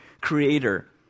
creator